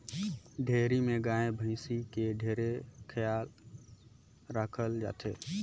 dairy में गाय, भइसी के ढेरे खयाल राखल जाथे